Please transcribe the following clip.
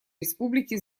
республики